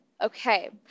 Okay